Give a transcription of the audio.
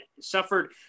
suffered